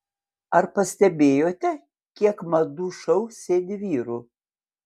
ar pastebėjote kiek madų šou sėdi vyrų